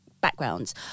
backgrounds